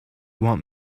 want